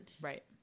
Right